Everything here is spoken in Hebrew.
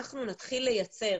אנחנו נתחיל לייצר